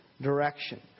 direction